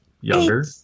younger